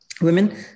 Women